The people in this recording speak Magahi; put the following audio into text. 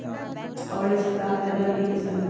और ये से का फायदा मिली किसान के?